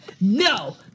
No